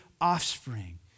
offspring